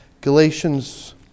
Galatians